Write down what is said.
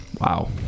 Wow